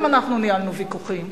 גם אנחנו ניהלנו ויכוחים,